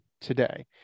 today